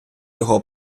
його